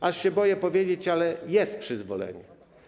Aż się boję powiedzieć, ale jest przyzwolenie.